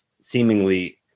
seemingly